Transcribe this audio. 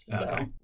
Okay